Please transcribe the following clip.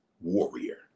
warrior